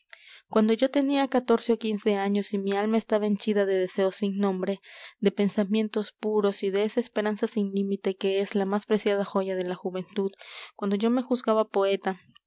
cuando yo tenía catorce ó quince años y mi alma estaba henchida de deseos sin nombre de pensamientos puros y de esa esperanza sin límites que es la más preciada joya de la juventud cuando yo me juzgaba poeta